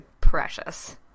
precious